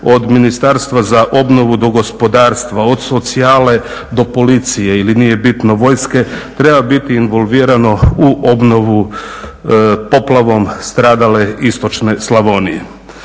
od Ministarstva za obnovu do gospodarstva, od socijale do policije ili nije bitno vojske treba biti involvirano u obnovu poplavom stradale istočne Slavonije.